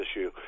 issue